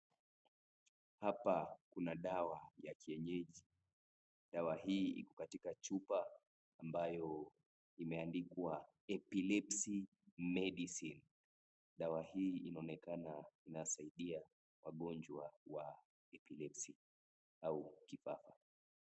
Hapa kuna dawa ya kienyeji, dawa hii iko katika chupa ambayo imeandikwa epilepsy medicine . Dawa hii inaonekana inasaidia wagonjwa wa epilepsy au kifafa.